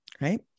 Right